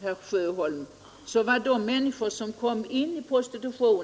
herr Sjöholm, ett mycket förnedrande liv.